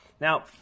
Now